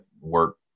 work